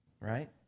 right